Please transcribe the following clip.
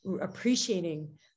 appreciating